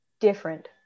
different